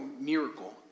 miracle